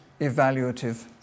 evaluative